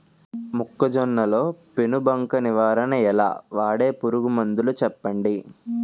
మొక్కజొన్న లో పెను బంక నివారణ ఎలా? వాడే పురుగు మందులు చెప్పండి?